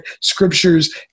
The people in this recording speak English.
scriptures